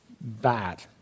bad